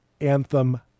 anthem